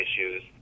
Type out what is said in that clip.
issues